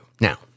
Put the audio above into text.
Now